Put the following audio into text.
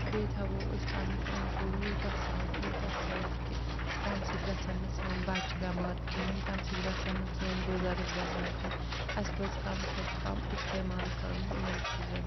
بیٚیہِ تھاوو أسۍ پَنُن اوٚند پوٚکھ یوٗتاہ صاف یوٗتاہ صاف کہِ تَمہِ سۭتۍ گژھان نہٕ سٲنۍ بَچہِ بیٚمار کِہیٖنۍ تَمہِ سۭتۍ گَژھان نہٕ سٲنۍ بُزَرگ بیٚمار کیٚنٛہہ اسہِ پَزِ کَم کھۄتہٕ کم استعمال کَرُن یِمَن چیٖزَن ہنٛد